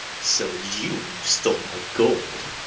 so did you when you stole my gold.